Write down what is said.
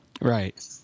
right